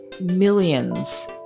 millions